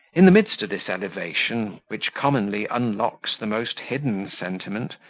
in the midst of this elevation, which commonly unlocks the most hidden sentiment,